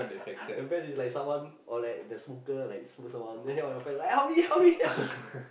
the best is like someone or like the smoker like smoke someone then all your friends like help me help me help me